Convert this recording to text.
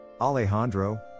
Alejandro